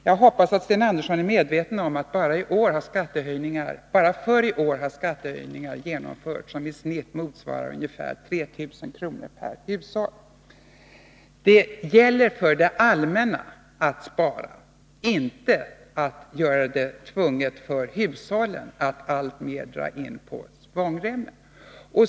Jag hoppas att Sten Andersson är medveten om att det bara i år har genomförts skattehöjningar som i genomsnitt motsvarar ungefär 3 000 Nr 114 kr. per hushåll: Det gäller att få det allmänna att spara, inte att göra det nödvändigt för hushållen att alltmera dra in svångremmen.